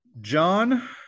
John